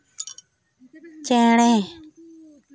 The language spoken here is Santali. ᱪᱮᱬᱮ